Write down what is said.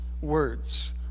words